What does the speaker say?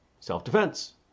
Self-defense